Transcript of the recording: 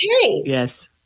Yes